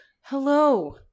hello